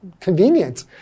convenient